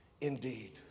indeed